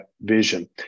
vision